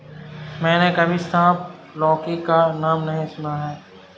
मैंने कभी सांप लौकी का नाम नहीं सुना है